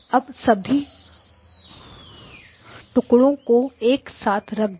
अब सभी टुकड़ों को एक साथ रख दें